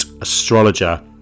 astrologer